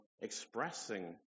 expressing